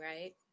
right